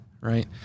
right